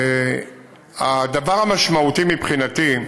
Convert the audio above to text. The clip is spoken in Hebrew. הדבר המשמעותי מבחינתי,